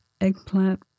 eggplant